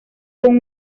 con